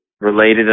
related